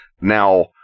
Now